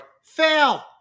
fail